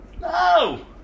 No